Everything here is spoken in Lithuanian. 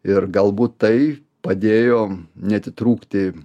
ir galbūt tai padėjo neatitrūkti